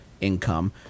income